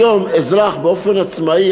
היום אזרח באופן עצמאי,